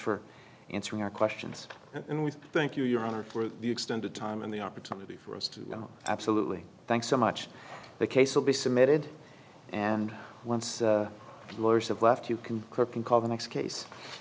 for answering our questions and we thank you your honor for the extended time and the opportunity for us to know absolutely thanks so much the case will be submitted and once the lawyers have left you can call the next case